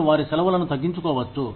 మీరు వారి సెలవులను తగ్గించుకోవచ్చు